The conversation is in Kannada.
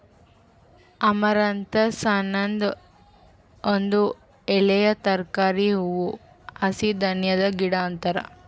ಅಮರಂಥಸ್ ಅನದ್ ಒಂದ್ ಎಲೆಯ ತರಕಾರಿ, ಹೂವು, ಹಸಿ ಧಾನ್ಯದ ಗಿಡ ಅದಾ